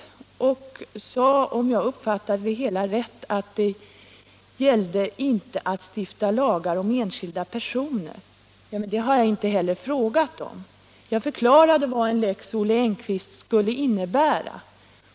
Statsrådet Friggebo sade, om jag uppfattade det hela rätt, att det inte gällde att stifta lagar om enskilda personer. Det har jag inte heller frågat om — jag förklarade vad en Lex Olle Engkvist skulle innebära.